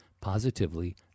positively